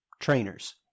trainers